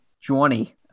Johnny